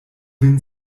vin